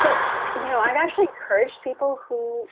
but you know i've actually encouraged people who